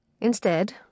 Instead